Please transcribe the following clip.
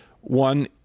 one